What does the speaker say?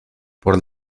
por